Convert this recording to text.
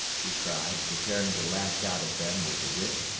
he cried, preparing to lash out at them with the whip.